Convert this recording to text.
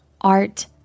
art